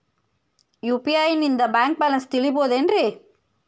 UPI ನಿಂದ bank balance ತಿಳಿಬಹುದೇನ್ರಿ?